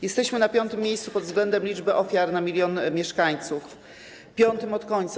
Jesteśmy na piątym miejscu pod względem liczby ofiar na 1 mln mieszkańców, piątym od końca.